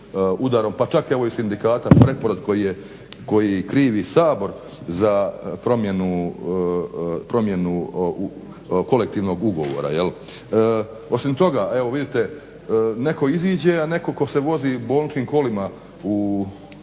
pa čak evo i sindikata "Preporod" koji krivi Sabor za promjenu kolektivnog ugovora jel'. Osim toga evo vidite netko iziđe a netko tko se vozi bolničkim kolima na